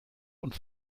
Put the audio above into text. und